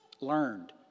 learned